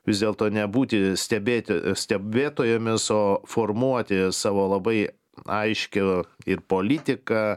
vis dėlto nebūti stebėti stebėtojomis o formuoti savo labai aiškią ir politiką